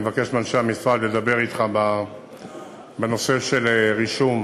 אם יהיה צורך אני אבקש מאנשי המשרד לדבר אתך בנושא של רישום,